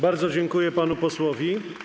Bardzo dziękuję panu posłowi.